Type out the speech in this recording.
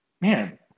man